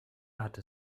hatte